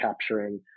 capturing